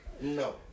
no